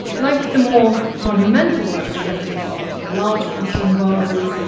like the more monumental works of decorative art, the large porcelain vases,